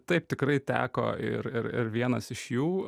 taip tikrai teko ir ir ir vienas iš jų